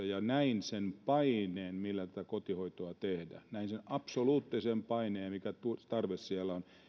ja näin sen paineen millä kotihoitoa tehdään näin sen absoluuttisen paineen ja sen mikä tarve siellä on